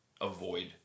avoid